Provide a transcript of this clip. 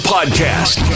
Podcast